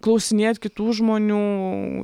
klausinėt kitų žmonių